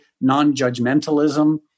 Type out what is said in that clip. non-judgmentalism